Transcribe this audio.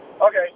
Okay